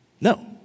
No